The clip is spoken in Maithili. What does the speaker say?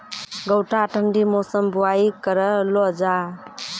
गोटा ठंडी मौसम बुवाई करऽ लो जा?